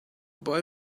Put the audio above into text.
boy